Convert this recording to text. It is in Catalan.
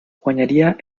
guanyaria